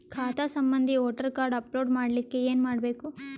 ಖಾತಾ ಸಂಬಂಧಿ voter card upload ಮಾಡಲಿಕ್ಕೆ ಏನ ಮಾಡಬೇಕು?